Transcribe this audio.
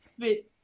fit